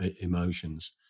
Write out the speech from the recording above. emotions